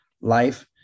life